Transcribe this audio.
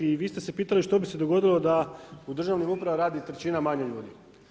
I vi ste se pitali što bi se dogodilo da u državnim upravama radi trećina manje ljudi.